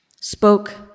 spoke